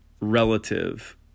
relative